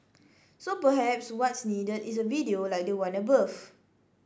so perhaps what's needed is a video like the one above